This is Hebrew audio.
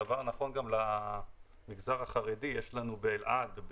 הדבר נכון גם למגזר החרדי באלעד,